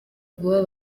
vuba